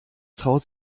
traut